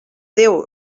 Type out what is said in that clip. déu